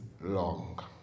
long